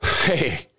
Hey